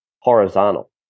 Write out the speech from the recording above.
horizontal